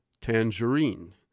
Tangerine